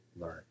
learn